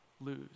lose